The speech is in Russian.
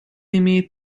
имеет